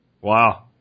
Wow